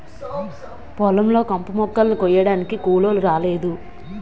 పొలం లో కంపుమొక్కలని కొయ్యడానికి కూలోలు రాలేదు